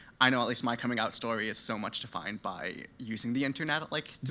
i know at least my coming out story is so much defined by using the internet at like,